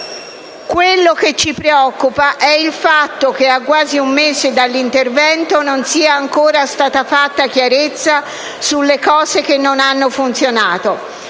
- quello che ci preoccupa è il fatto che, a quasi un mese dall'intervento, non sia ancora stata fatta chiarezza sulle cose che non hanno funzionato.